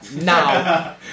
Now